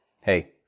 hey